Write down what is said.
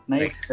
Nice